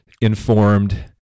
informed